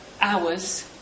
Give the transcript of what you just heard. hours